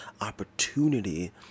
opportunity